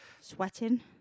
Sweating